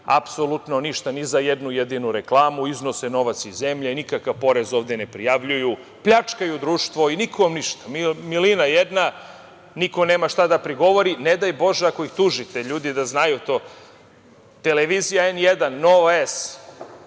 apsolutno ništa ni za jednu jedinu reklamu. Iznose novac iz zemlje, nikakav porez ne prijavljuju, pljačkaju društvo i nikom ništa. Milina jedna, niko nema šta da prigovori, ne daj Bože ako ih tužite ljudi, da znaju to, televizija N1, Nova